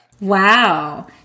Wow